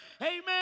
Amen